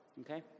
okay